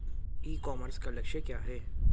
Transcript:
ई commerce का लक्ष्य क्या है?